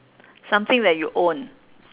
something that you own